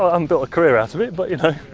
ah um built a career out of it, but you know.